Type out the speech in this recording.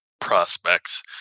prospects